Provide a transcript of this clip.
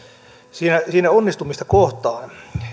siinä siinä onnistumista kohtaan